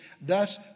Thus